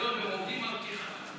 והם עובדים על פתיחה.